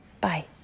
Bye